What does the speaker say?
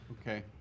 Okay